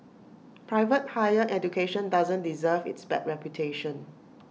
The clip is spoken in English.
private higher education doesn't deserve its bad reputation